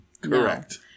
Correct